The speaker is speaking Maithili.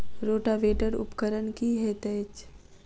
रोटावेटर उपकरण की हएत अछि?